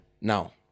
Now